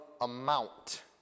amount